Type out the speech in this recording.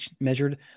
measured